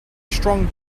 strong